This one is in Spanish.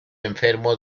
enfermo